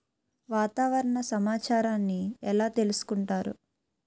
వాతావరణ సమాచారాన్ని ఎలా తెలుసుకుంటారు?